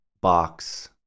box